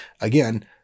again